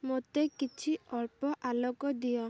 ମୋତେ କିଛି ଅଳ୍ପ ଆଲୋକ ଦିଅ